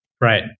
right